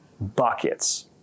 buckets